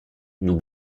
nous